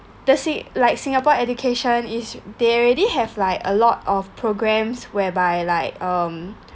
does it like singapore education is they already have like a lot of programmes whereby like um